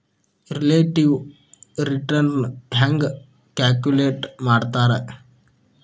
relative return ಹೆಂಗ calculate ಮಾಡ್ತಾರಾ